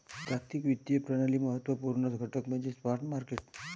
जागतिक वित्तीय प्रणालीचा महत्त्व पूर्ण घटक म्हणजे स्पॉट मार्केट